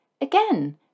again